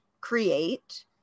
create